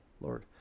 Lord